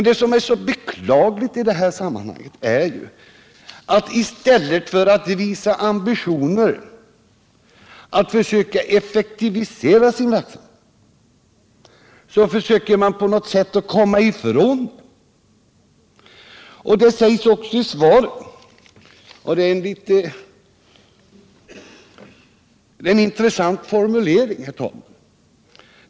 Det som är så beklagligt i det här sammanhanget är ju att SJ, i stället för att visa ambitioner att effektivisera sin verksamhet försöker att på något sätt komma ifrån denna. Kommunikationsministern säger också i svaret — och det är en intressant formulering herr talman!